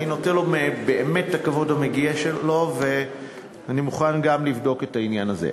אני נותן לו באמת את הכבוד המגיע לו ואני מוכן גם לבדוק את העניין הזה.